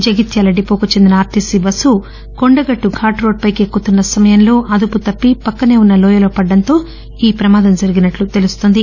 జిగిత్యాల డిపోకు చెందిన RTC bus Kondagattu ఘాట్రోడ్డుపైకి ఎక్కుతున్న సమయంలో అదుపు తప్పి పక్కనే ఉన్న లోయలో పడటంతో ఈ ప్రమాదం జరిగినట్లు తెలుస్తోంది